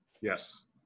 yes